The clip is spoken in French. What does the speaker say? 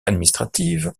administrative